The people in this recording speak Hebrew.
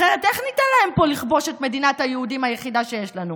אחרת איך ניתן להם פה לכבוש את מדינת היהודים היחידה שיש לנו?